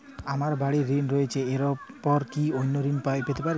আমার বাড়ীর ঋণ রয়েছে এরপর কি অন্য ঋণ আমি পেতে পারি?